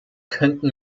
könnten